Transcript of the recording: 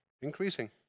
Increasing